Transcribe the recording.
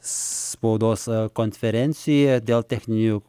spaudos konferencija dėl techninių